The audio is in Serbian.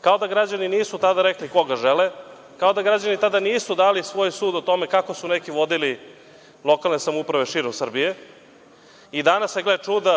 kao da građani nisu tada rekli koga žele, kao da građani nisu tada dali svoj sud o tome kako su neki vodili lokalne samouprave širom Srbije i danas se gle čuda,